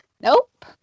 Nope